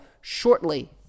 shortly